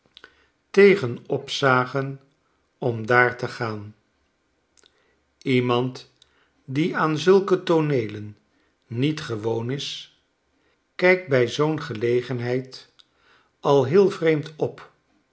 tegen opzagen om daar te gaan iemand die aan zulke tooneelen niet gewoon is kijkt bij zoo'n gelegenheid al heel vreemd op